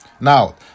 Now